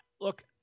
look